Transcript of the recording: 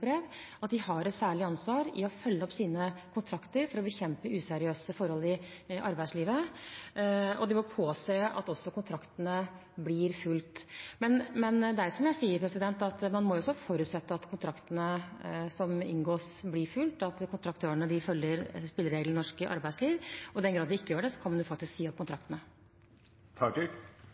at de har et særlig ansvar for å følge opp sine kontrakter for å bekjempe useriøse forhold i arbeidslivet. De må også påse at kontraktene blir fulgt. Men som jeg sier, må man også forutsette at kontraktene som inngås, blir fulgt, at kontraktørene følger spillereglene i norsk arbeidsliv. I den grad de ikke gjør det, kan man faktisk si